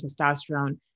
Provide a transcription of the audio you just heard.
testosterone